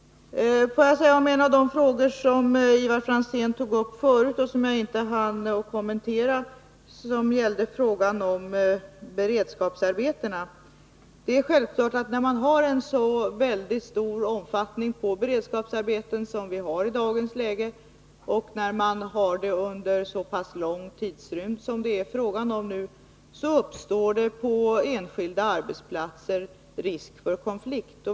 Får jag sedan ta upp en av de frågor som Ivar Franzén ställde förut och som jag inte hann att kommentera. Den gällde beredskapsarbeten. Det är självklart att när man har en så väldigt stor omfattning av beredskapsarbeten som vi har i dagens läge och när man har det under så pass lång tidrymd som det är fråga om nu, uppstår det på enskilda arbetsplatser risk för konflikt.